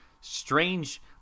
strange